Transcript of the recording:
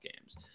games